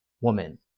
woman